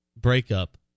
Breakup